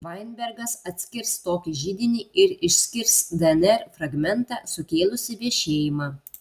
vainbergas atskirs tokį židinį ir išskirs dnr fragmentą sukėlusį vešėjimą